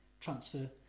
transfer